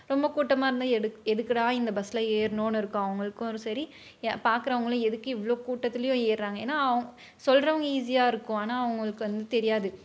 ரொம்ப கூட்டமாக இருந்தால் எடுக் எதுக்குடா இந்த பஸ்ஸில் ஏறினோன்னு இருக்கும் அவங்களுக்கும் சரி பார்க்கறவங்களும் எதுக்கு இவ்வளோ கூட்டத்திலேயும் ஏறுறாங்க ஏன்னா அவங் சொல்கிறவங்க ஈசியாக இருக்கும் ஆனால் அவங்களுக்கு வந்து தெரியாது